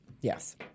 Yes